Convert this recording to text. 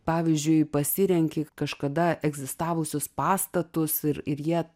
pavyzdžiui pasirenki kažkada egzistavusius pastatus ir ir jie